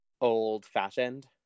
old-fashioned